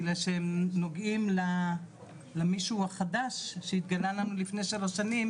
בגלל שהם נוגעים למישהו החדש שהתגלה לנו לפני 3 שנים